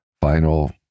final